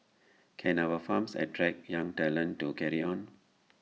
can our farms attract young talent to carry on